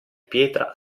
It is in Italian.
pietra